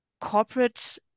corporate